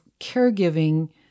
caregiving